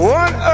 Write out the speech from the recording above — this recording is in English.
one